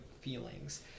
feelings